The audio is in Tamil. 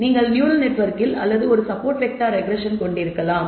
நீங்கள் நியுரல் நெட்வொர்க் அல்லது ஒரு சப்போர்ட் வெக்டார் ரெக்ரெஸ்ஸன் கொண்டிருக்கலாம்